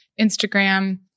Instagram